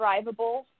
drivable